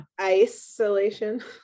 isolation